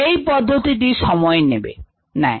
এই পদ্ধতিটি সময় নেয়